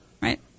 right